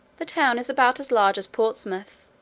the town is about as large as portsmouth.